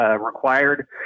required